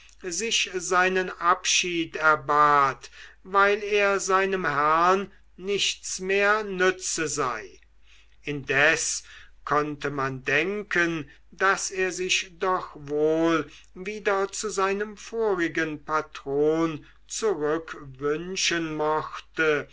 sich seinen abschied erbat weil er seinem herrn nichts mehr nütze sei indes konnte man denken daß er sich doch wohl wieder zu seinem vorigen patron zurückwünschen mochte